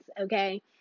okay